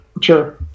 Sure